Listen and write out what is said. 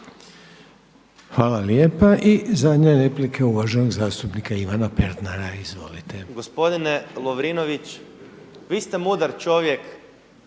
Hvala lijepa. I zadnja replika uvaženi zastupnik Ivan Pernar.